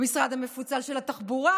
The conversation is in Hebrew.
במשרד המפוצל של התחבורה,